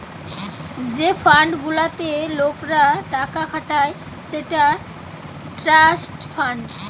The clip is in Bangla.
যে ফান্ড গুলাতে লোকরা টাকা খাটায় সেটা ট্রাস্ট ফান্ড